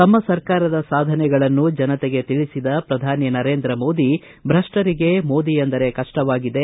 ತಮ್ಮ ಸರ್ಕಾರದ ಸಾಧನೆಗಳನ್ನೂ ಜನತೆಗೆ ತಿಳಿಸಿದ ಪ್ರಧಾನಿ ನರೇಂದ್ರ ಮೋದಿ ಭ್ರಷ್ಪರಿಗೆ ಮೋದಿ ಅಂದರೆ ಕಪ್ಪವಾಗಿದೆ